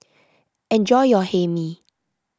enjoy your Hae Mee